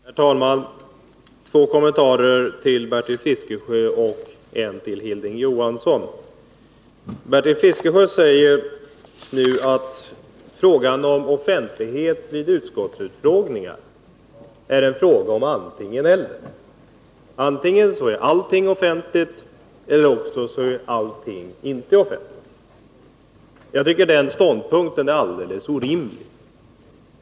Herr talman! Två kommentarer till Bertil Fiskesjö och en till Hilding Johansson! Bertil Fiskesjö säger nu att frågan om offentlighet vid utskottsutfrågningar är en fråga om antingen-eller. Antingen är allting offentligt eller också är allting inte offentligt. Jag tycker att den ståndpunkten är alldeles orimlig.